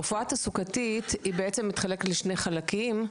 רפואה תעסוקתית היא בעצם מתחלקת לשני חלקים,